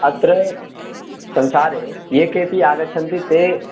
अत्र संसारे ये केपि आगच्छन्ति ते